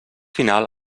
final